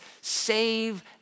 save